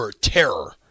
terror